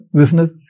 business